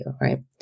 right